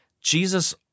Jesus